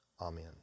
Amen